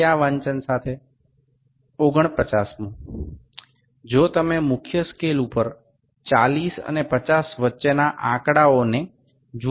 ৪৯ তম যদি আপনি ৪০ এবং ৫০ এর মধ্যে সংখ্যাগুলি দেখেন মূল স্কেলের ৪০ এবং ৫০ এর মধ্যে বিভাজনগুলি দেখুন